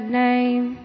name